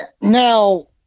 Now